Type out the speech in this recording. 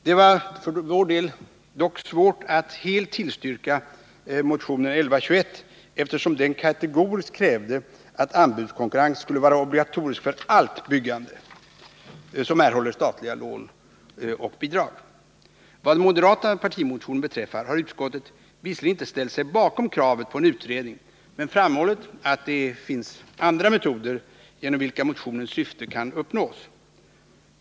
Det var för vår del dock svårt att helt tillstyrka motionen 1121, eftersom den kategoriskt kräver att anbudskonkurrens skall vara obligatorisk för allt byggande som erhåller statliga lån och bidrag. Vad den moderata partimotionen beträffar har utskottet visserligen icke ställt sig bakom kravet på en utredning men framhållit att det finns andra metoder, genom vilka motionens syfte kan uppnås.